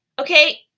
okay